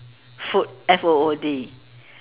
food F O O D